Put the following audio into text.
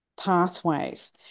pathways